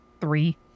Three